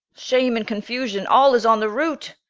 shame and confusion all is on the rout,